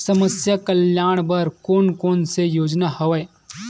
समस्या कल्याण बर कोन कोन से योजना हवय?